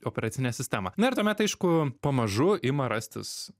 operacinę sistemą na ir tuomet aišku pamažu ima rastis